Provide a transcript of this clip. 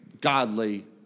godly